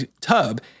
tub